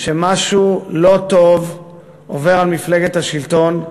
שמשהו לא טוב עובר על מפלגת השלטון,